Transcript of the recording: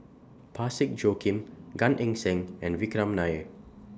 Parsick Joaquim Gan Eng Seng and Vikram Nair